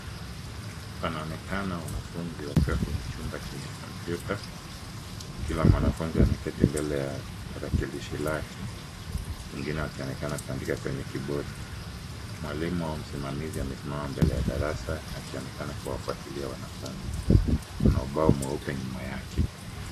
Panaonekana wanafunzi wakiwa kwenye chumba chenye kompyuta. Kila mwanafunzi ameketi mbele ya tarakilishi lake, wengine wakionekana kuandika kwenye kibodi. Mwalimu au msimamizi amesimama mbele ya darasa akionekana kuwafuatilia wanafunzi. Kuna ubao mweupe nyuma yake.